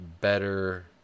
better